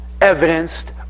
evidenced